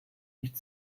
nicht